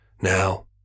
now